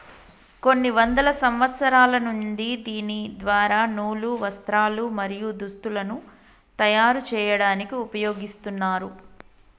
కొన్ని వందల సంవత్సరాల నుండి దీని ద్వార నూలు, వస్త్రాలు, మరియు దుస్తులను తయరు చేయాడానికి ఉపయోగిస్తున్నారు